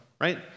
right